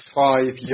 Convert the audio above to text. five